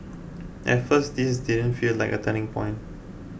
at first this didn't feel like a turning point